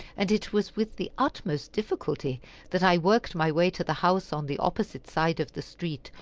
and it was with the utmost difficulty that i worked my way to the house on the opposite side of the street,